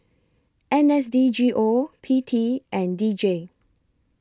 N S D G O P T and D J